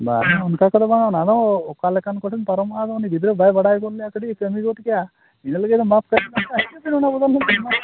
ᱵᱟᱝᱟ ᱚᱱᱠᱟ ᱠᱚᱫᱚ ᱵᱟᱝᱟ ᱚᱱᱟᱫᱚ ᱚᱠᱟ ᱞᱮᱠᱟᱱ ᱠᱚᱴᱷᱮᱱ ᱯᱟᱨᱚᱢᱚᱜᱼᱟ ᱟᱫᱚ ᱩᱱᱤ ᱜᱤᱫᱽᱨᱟᱹ ᱵᱟᱭ ᱵᱟᱲᱟᱭ ᱜᱚᱫ ᱞᱮᱜᱼᱟ ᱠᱟᱹᱴᱤᱡᱮ ᱠᱟᱹᱢᱤ ᱜᱚᱫ ᱠᱮᱜᱼᱟ ᱧᱮᱞ ᱵᱤᱱ ᱢᱟᱯ ᱠᱟᱛᱮᱫ ᱦᱤᱡᱩᱜ ᱵᱤᱱ ᱚᱱᱟ ᱵᱚᱫᱚᱞ ᱞᱤᱧ ᱮᱢᱟ ᱵᱤᱱᱟ